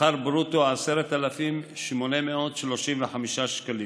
שכר ברוטו, 10,835 שקלים,